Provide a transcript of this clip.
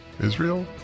Israel